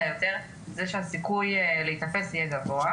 אלא יותר זה שהסיכוי להיתפס יהיה גבוה,